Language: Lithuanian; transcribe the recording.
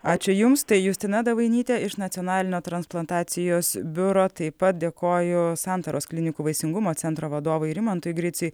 ačiū jums tai justina davainytė iš nacionalinio transplantacijos biuro taip pat dėkoju santaros klinikų vaisingumo centro vadovui rimantui griciui